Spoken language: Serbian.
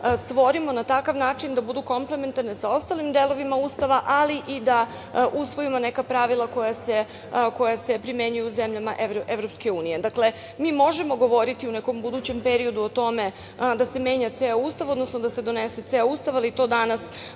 stvorimo na takav način da budu komplementarne sa ostalim delovima Ustava, ali i da usvojimo neka pravila koja se primenjuju u zemljama EU.Dakle, mi možemo govoriti u nekom budućem periodu o tome da se menja ceo Ustav, odnosno da se donese ceo Ustav, ali to danas